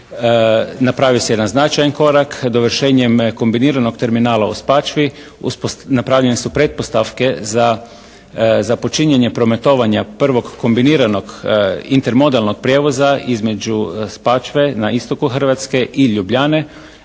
napravio se jedan značajan korak dovršenjem kombiniranog terminala u Spačvi, napravljene su pretpostavke za započinjanje prometovanja prvog kombiniranog intermodelnog prijevoza između Spačve na istoku Hrvatske i Ljubljane,